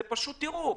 זה פשוט טירוף.